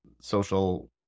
social